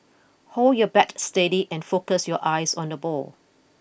hold your bat steady and focus your eyes on the ball